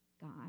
God